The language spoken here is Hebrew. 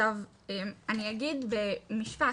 אני אגיד במשפט.